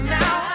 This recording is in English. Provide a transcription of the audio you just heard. now